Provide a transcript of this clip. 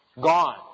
gone